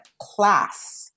class